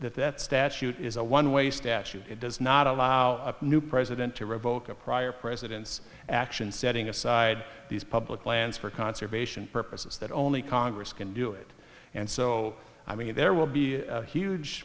that that statute is a one way statute does not allow a new president to revoke a prior presidents action setting aside these public lands for conservation purposes that only congress can do it and so i mean there will be a huge